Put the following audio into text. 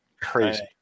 Crazy